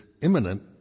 imminent